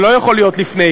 זה לא יכול להיות לפני,